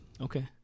Okay